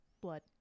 Blood